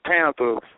Panthers